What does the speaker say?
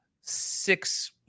six –